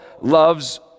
loves